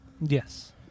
Yes